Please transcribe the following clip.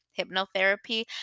Hypnotherapy